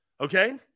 okay